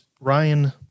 Ryan